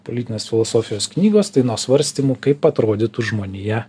politinės filosofijos knygos tai nuo svarstymų kaip atrodytų žmonija